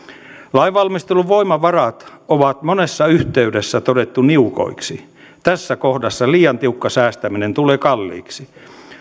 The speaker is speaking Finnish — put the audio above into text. lainvalmistelun voimavarat on monessa yhteydessä todettu niukoiksi tässä kohdassa liian tiukka säästäminen tulee kalliiksi